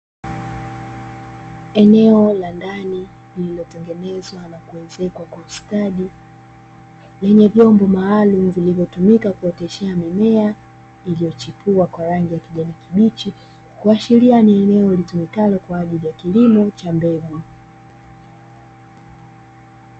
Eneo la ndani lililotengenezwa na kuezekwa kwa ustadi, lenye vyombo maalumu vilivyotumika kuoteshea mimea iliyochipua kwa rangi ya kijani kibichi, kuashiria ni eneo litumikalo kwa ajili ya kilimo cha mbegu.